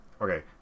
Okay